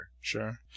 Sure